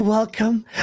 Welcome